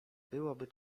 byłoby